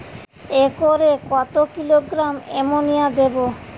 একরে কত kilogram ammonia দেবো?